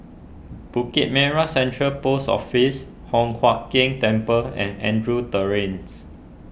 Bukit Merah Central Post Office Hock Huat Keng Temple and Andrews Terrace